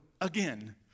again